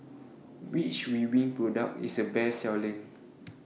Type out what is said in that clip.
Which Ridwind Product IS The Best Selling